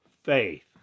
faith